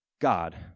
God